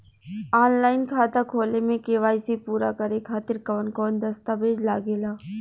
Online खाता खोले में के.वाइ.सी पूरा करे खातिर कवन कवन दस्तावेज लागे ला?